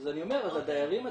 אז אני אומר, אז הדיירים עצמם,